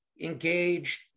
engaged